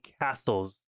castles